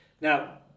Now